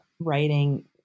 writing